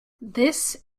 this